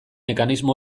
mekanismo